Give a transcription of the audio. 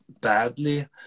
badly